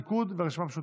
הליכוד והרשימה המשותפת.